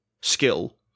skill